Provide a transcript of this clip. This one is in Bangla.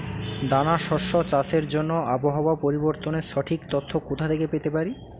দানা শস্য চাষের জন্য আবহাওয়া পরিবর্তনের সঠিক তথ্য কোথা থেকে পেতে পারি?